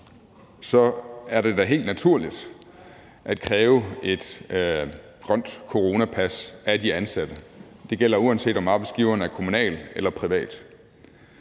er det da helt naturligt at kræve et grønt coronapas af de ansatte. Det gælder, uanset om arbejdsgiveren er kommunal eller privat.